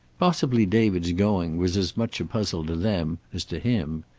possibly david's going was as much a puzzle to them as to him.